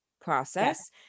process